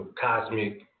cosmic